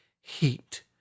heat